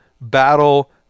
battle